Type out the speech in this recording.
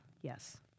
Yes